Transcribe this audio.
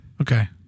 Okay